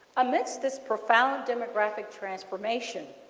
unless this profound demographic transformation,